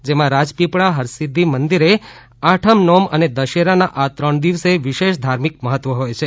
જેમાં રાજપીપળા હરસિધ્યિ મંદિરે આઠમ નોમ અને દશેરાના આ ત્રણ દિવસે વિશેષ ધાર્મિક મહત્વ હોય છે